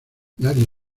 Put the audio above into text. nadie